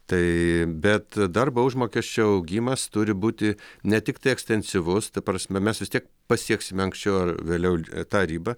tai bet darbo užmokesčio augimas turi būti ne tiktai ekstensyvus ta prasme mes vis tiek pasieksime anksčiau ar vėliau tą ribą